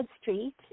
Street